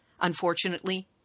Unfortunately